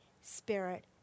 Spirit